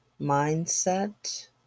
mindset